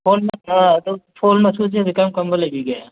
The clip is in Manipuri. ꯐꯣꯟ ꯐꯣꯟ ꯃꯆꯨꯁꯦ ꯍꯧꯖꯤꯛ ꯀꯔꯝ ꯀꯔꯝꯕ ꯂꯩꯕꯤꯒꯦ